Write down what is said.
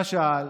למשל,